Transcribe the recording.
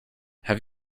have